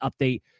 update